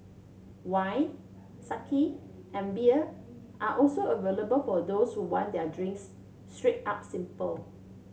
wine and beer are also available for those who want their drinks straight up simple